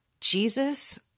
Jesus